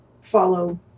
follow